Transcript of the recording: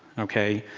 ok,